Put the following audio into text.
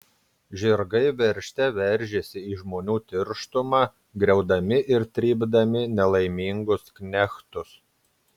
žirgai veržte veržėsi į žmonių tirštumą griaudami ir trypdami nelaimingus knechtus